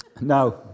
No